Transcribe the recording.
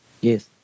Yes